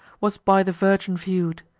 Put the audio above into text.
was by the virgin view'd.